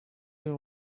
you